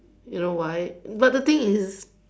you know why but the thing is